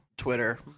twitter